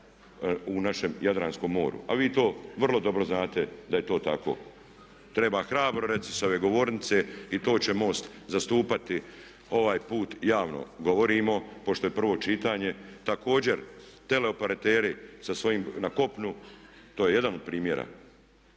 u našem Jadranskom moru. A vi to vrlo dobro znate da je to tako. Treba hrabro reći sa ove govornice i to će MOST zastupati. Ovaj put javno govorimo, pošto je prvo čitanje, također teleoperateri sa svojim na kopnu, to je jedan od primjera,